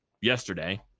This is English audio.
yesterday